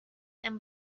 and